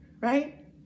right